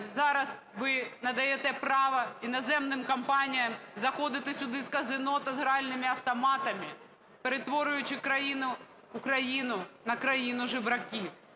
Зараз ви надаєте право іноземним компаніям заходити сюди з казино та з гральними автоматами, перетворюючи Україну на країну жебраків.